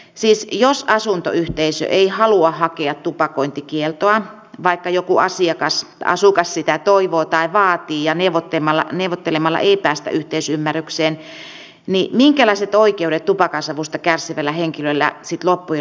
siis jos asuntoyhteisö ei halua hakea tupakointikieltoa vaikka joku asukas sitä toivoo tai vaatii ja neuvottelemalla ei päästä yhteisymmärrykseen niin minkälaiset oikeudet tupakansavusta kärsivällä henkilöllä sitten loppujen lopuksi on